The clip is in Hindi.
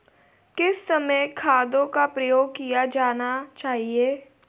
किस समय खादों का प्रयोग किया जाना चाहिए?